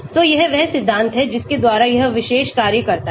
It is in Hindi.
तो यह वह सिद्धांत है जिसके द्वारा यह विशेष कार्य करता है